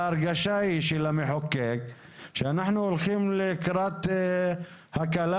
ההרגשה של המחוקק היא שאנחנו הולכים לקראת הקלה,